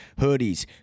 hoodies